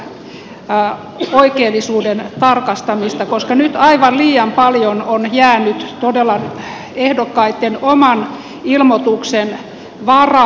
se palvelisi tätä oikeellisuuden tarkastamista koska nyt aivan liian paljon on jäänyt todella ehdokkaitten oman ilmoituksen varaan